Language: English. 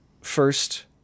First